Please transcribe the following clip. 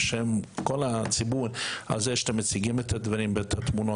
בשם כל הציבור הזה שאתם מציגים את הדברים ואת התמונות.